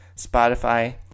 Spotify